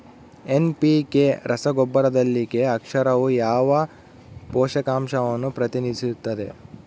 NPK ರಸಗೊಬ್ಬರದಲ್ಲಿ K ಅಕ್ಷರವು ಯಾವ ಪೋಷಕಾಂಶವನ್ನು ಪ್ರತಿನಿಧಿಸುತ್ತದೆ?